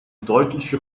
deutliche